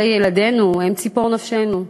הרי ילדינו הם ציפור נפשנו,